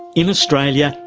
in australia,